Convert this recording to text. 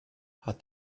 hat